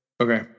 Okay